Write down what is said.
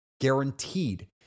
guaranteed